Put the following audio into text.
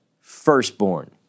firstborn